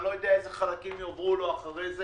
אני לא יודע אילו חלקים יועברו לו אחרי זה